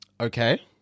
Okay